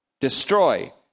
Destroy